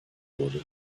wurde